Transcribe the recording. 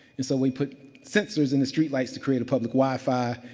and so, we put sensors in the streetlights to create a public wi-fi,